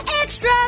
extra